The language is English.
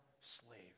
slave